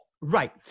Right